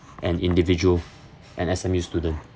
an individual and S_M_U student